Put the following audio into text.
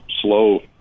slow